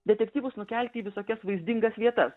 detektyvus nukelti į visokias vaizdingas vietas